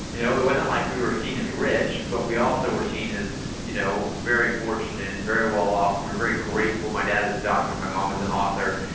you know it wasn't like we were seen as rich, but we also were seen as you know very fortunate, very well off, we were very grateful. my dad was a doctor, my mom was an author.